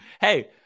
Hey